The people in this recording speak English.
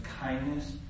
kindness